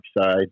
side